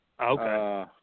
Okay